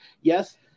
Yes